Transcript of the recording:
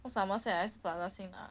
cause I whatsapp I use plaza sing lah